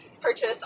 purchase